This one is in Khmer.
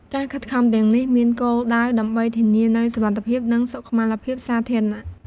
ការខិតខំទាំងអស់នេះមានគោលដៅដើម្បីធានានូវសុវត្ថិភាពនិងសុខុមាលភាព សាធារណៈ។